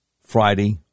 Friday